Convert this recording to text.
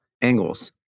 angles